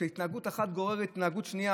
כשהתנהגות אחת גוררת התנהגות שנייה,